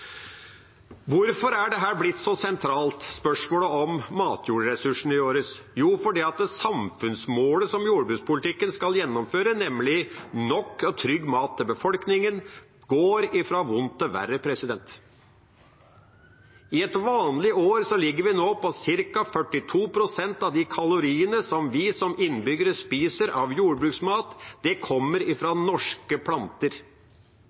Hvorfor er dette blitt så sentralt, spørsmålet om matjordressursene våre? Jo, det er fordi samfunnsmålet som jordbrukspolitikken skal oppfylle, nemlig nok og trygg mat til befolkningen, går fra vondt til verre. I et vanlig år er ca. 42 pst. av de kaloriene som vi som innbyggere spiser, fra jordbruksmat. Det kommer fra norske planter.